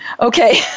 Okay